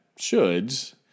shoulds